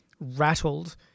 rattled